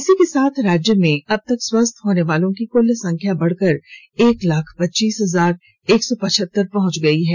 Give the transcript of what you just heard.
इसी के साथ राज्य में अब तक स्वस्थ होने वालों की कुल संख्या बढ़कर एक लाख पच्चीस हजार एक सौ पचहतर पहुंच गई है